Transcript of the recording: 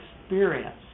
experience